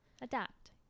Adapt